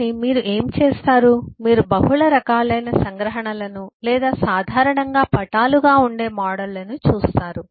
కానీ మీరు బహుశా ఏమి చేస్తారు మీరు బహుళ రకాలైన సంగ్రహణలను లేదా సాధారణంగా పటాలుగా ఉండే మోడళ్లను చూస్తారు